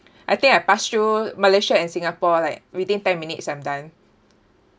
I think I pass through malaysia and singapore like within ten minutes I'm done